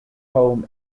home